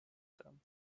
them